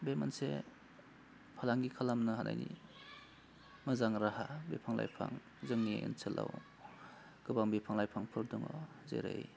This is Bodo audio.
बे मोनसे फालांगि खालामनो हानायनि मोजां राहा बिफां लाइफां जोंनि ओनसोलाव गोबां बिफां लाइफांफोर दङ जेरै